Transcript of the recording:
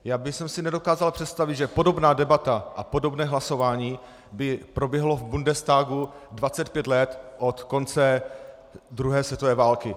Já bych si nedokázal představit, že podobná debata a podobné hlasování by proběhlo v Bundestagu 25 let od konce druhé světové války.